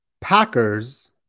Packers